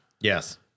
Yes